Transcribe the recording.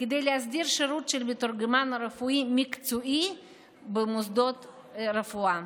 כדי להסדיר שירות של מתורגמן רפואי מקצועי במוסדות רפואה